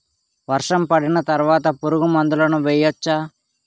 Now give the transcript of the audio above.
వర్షం పడిన తర్వాత పురుగు మందులను వేయచ్చా?